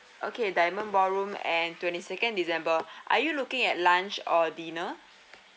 okay diamond ballroom and twenty second december are you looking at lunch or dinner